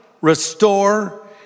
restore